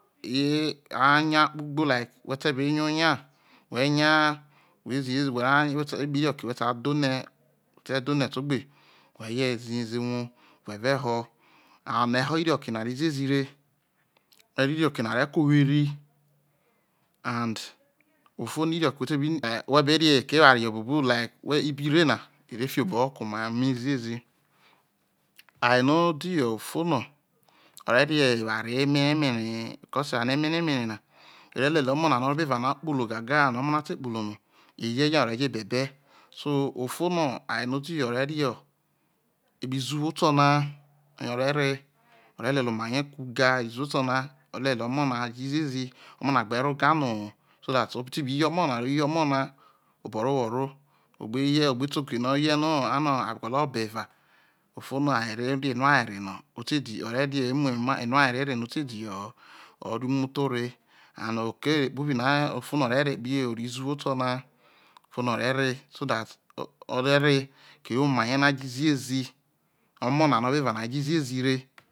E hai nga kpobo ugbo hre whe te nya onya whe nya whe ahe ze whe re hai whe re evao inoke whe re sai dhe ohre whe te dhe ohre te ogbe whe reje ahe zho uwou whe ve ho ame eho unoke na ro aea re eho unoke nare ke owhe an and ofo no moke whete be be whe bere eghere ewarejo buobu uke ibirire na ire fioboho ke oma ma aezi aye no o dho ofomo ore re eware emeremere be couse eware emeremer na re lete omo na no oro obo eva na kpolo gaga and no oro o na te kpolo no eye ne na re jo bebe so ofo no aye no dibo ere re ekpo izuwo oto na oye o re re o re letei oma ne ga izuwo oto na o re lelel omo na jo ziezi omo na gbe no ga bio bo so that obi ti ye omo na are ye omo na oboroo owho rro o gbe yei o gbe te oke no o yei no ano a gwolo bel eva o fono ayere re envawere mo o te dibo no o re mu omu arwere re no ote dibo ho̠ o̠ re umutho ore and yo ogbere o re kpobino u fo noo re re izuwo oto na u fono o̠ re̠ re̠ so that oma ne̠ na rejo ziezi so that o̠mo̠ na no̠ o̠ no̠ evao eva ne̠ naa re̠ jo̠ ziezire